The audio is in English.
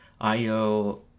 Io